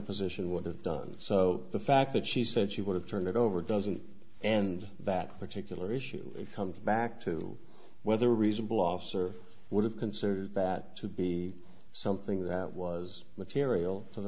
position would have done so the fact that she said she would have turned it over doesn't and that particular issue it comes back to whether reasonable officer would have considered that to be something that was material to the